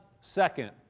second